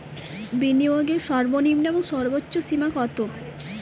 বিনিয়োগের সর্বনিম্ন এবং সর্বোচ্চ সীমা কত?